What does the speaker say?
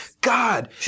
God